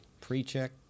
pre-check